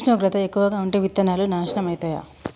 ఉష్ణోగ్రత ఎక్కువగా ఉంటే విత్తనాలు నాశనం ఐతయా?